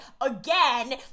Again